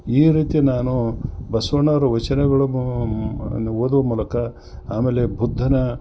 ಈ ರೀತಿ ನಾನು ಬಸವಣ್ಣವ್ರ ವಚನಗಳು ಬ ಓದುವ ಮೂಲಕ ಆಮೇಲೆ ಬುದ್ಧನ